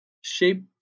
shape